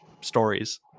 stories